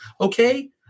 Okay